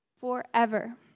forever